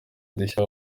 indishyi